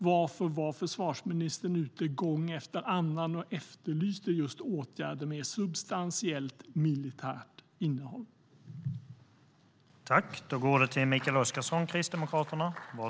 Varför var försvarsministern ute gång efter annan och efterlyste just åtgärder med substantiellt militärt innehåll?